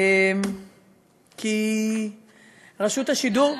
כי רשות השידור,